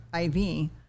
IV